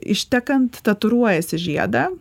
ištekant tatuiruojasi žiedą